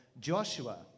joshua